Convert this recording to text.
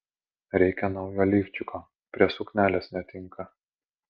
reikia naujo lifčiko prie suknelės netinka